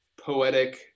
poetic